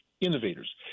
innovators